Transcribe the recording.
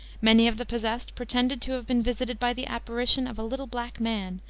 many of the possessed pretended to have been visited by the apparition of a little black man,